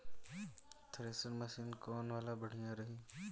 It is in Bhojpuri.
थ्रेशर मशीन कौन वाला बढ़िया रही?